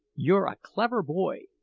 you're a clever boy,